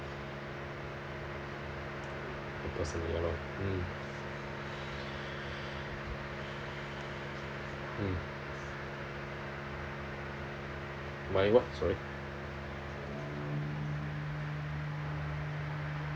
to first scenario mm mm my work sorry